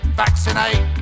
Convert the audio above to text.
vaccinate